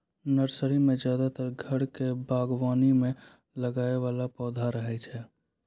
nursery मॅ ज्यादातर घर के बागवानी मॅ लगाय वाला पौधा रहै छै